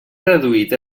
reduït